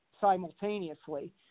simultaneously